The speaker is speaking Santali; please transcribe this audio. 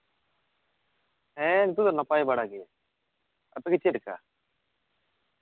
ᱦᱮᱸ ᱱᱤᱛᱚᱜ ᱫᱚ ᱱᱟᱯᱟᱭ ᱞᱮᱠᱟᱜᱮ ᱟᱯᱮᱜᱮ ᱪᱮᱫ ᱞᱮᱠᱟ